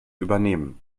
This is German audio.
übernehmen